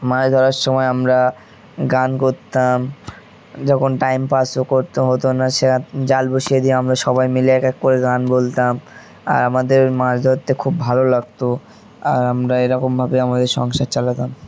মাছ ধরার সময় আমরা গান করতাম যখন টাইম পাসও করতো হতো না সে জাল বসিয়ে দিয়ে আমরা সবাই মিলে এক এক করে গান বলতাম আর আমাদের মাছ ধরতে খুব ভালো লাগতো আর আমরা এরকমভাবে আমাদের সংসার চালাতাম